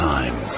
Time